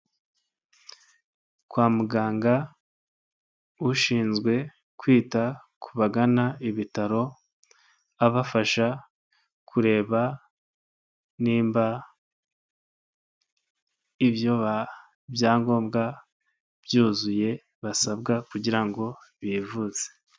Kwa muganga ushinzwe kwita ku bagana ibitaro abafasha kureba nimba ibyo byangombwa byuzuye basabwa kugira ngo bivuze.